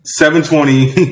720